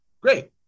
great